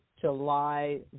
July